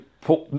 put